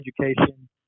education